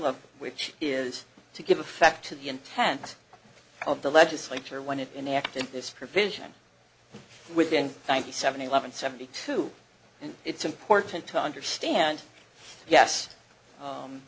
of which is to give effect to the intent of the legislature when it enact in this provision within ninety seven eleven seventy two and it's important to understand yes